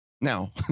Now